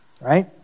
right